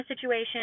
situation